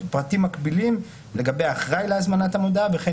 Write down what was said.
"פרטים מקבילים לגבי האחראי להזמנת המודעה וכן